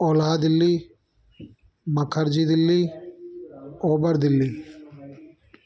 Ola Delhi Mukherjee Delhi Uber Delhi